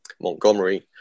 Montgomery